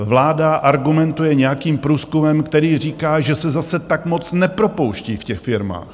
Vláda argumentuje nějakým průzkumem, který říká, že se zase tak moc nepropouští v těch firmách.